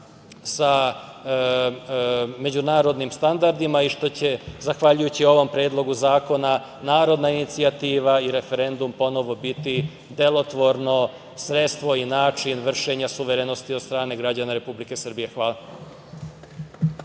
sa međunarodnim standardima i što će zahvaljujući ovom predlogu zakona narodna inicijativa i referendum ponovo biti delotvorno sredstvo i način vršenja suverenosti od strane građana Republike Srbije. Hvala.